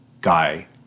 Guy